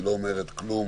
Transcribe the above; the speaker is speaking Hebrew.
בדיקה שלילית לא אומרת כלום